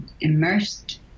immersed